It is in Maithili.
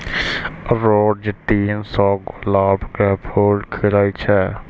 रोज तीन सौ गुलाब के फूल खिलै छै